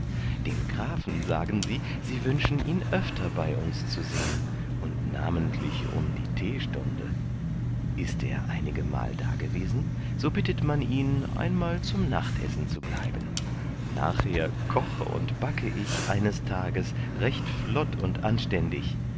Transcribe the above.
dem grafen sagen sie sie wünschen ihn öfter bei uns zu sehen und namentlich um die teestunde ist er einigemal dagewesen so bittet man ihn einmal beim nachtessen zu bleiben nachher koche und backe ich eines tages recht flott und anständig